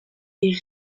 est